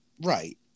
right